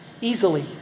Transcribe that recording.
easily